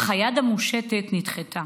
אך היד המושטת נדחתה